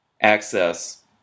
access